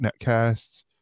Netcasts